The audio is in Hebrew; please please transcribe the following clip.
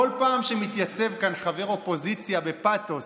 בכל פעם שמתייצב כאן חבר אופוזיציה בפתוס